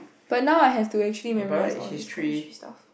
but now I have to actually memorize all these Chemistry stuff